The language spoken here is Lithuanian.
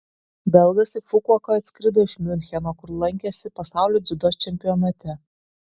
belgas į fukuoką atskrido iš miuncheno kur lankėsi pasaulio dziudo čempionate